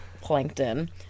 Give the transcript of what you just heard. plankton